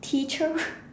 teacher